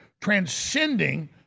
transcending